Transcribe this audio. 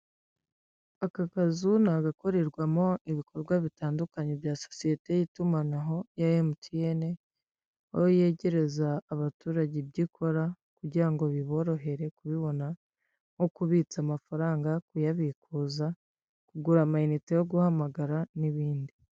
Aka kazu ni agakorerwamo ibikorwa bitandukanye bya sosiyete y'itumanaho ya emutiyene, aho yegereza abaturage ibyo ukora kugirango biborohere kubibona, nko kubitsa amafaranga, kuyabikuza, kugura ama inite yo guhamagara n'ibindi.